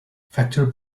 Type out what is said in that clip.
factor